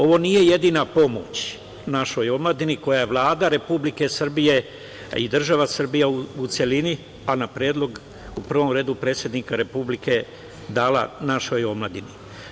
Ovo nije jedina pomoć našoj omladini koju je Vlada Republike Srbije i država Srbija u celini, a na predlog u prvom redu predsednika Republike, dala našoj omladini.